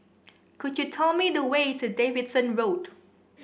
could you tell me the way to Davidson Road